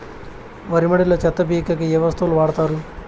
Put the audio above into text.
వరి మడిలో చెత్త పీకేకి ఏ వస్తువులు వాడుతారు?